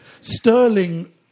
Sterling